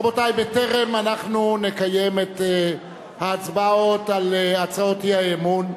רבותי, בטרם נקיים את ההצבעות על הצעות האי-אמון,